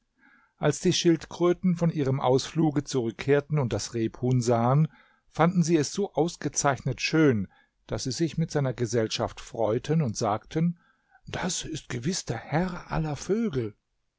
als die schildkröten von ihrem ausfluge zurückkehrten und das rebhuhn sahen fanden sie es so ausgezeichnet schön daß sie sich mit seiner gesellschaft freuten und sagten das ist gewiß der herr aller vögel